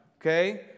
okay